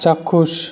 চাক্ষুষ